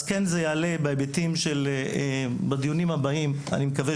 אז זה יעלה בדיונים הבאים ואני מקווה